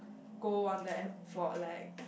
go on the app for a like